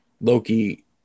Loki